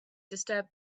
disturbed